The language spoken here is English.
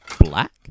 Black